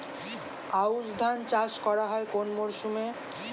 আউশ ধান চাষ করা হয় কোন মরশুমে?